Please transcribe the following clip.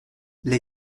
les